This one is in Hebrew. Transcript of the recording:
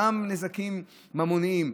גם נזקים ממוניים,